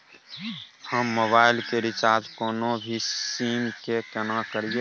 हम मोबाइल के रिचार्ज कोनो भी सीम के केना करिए?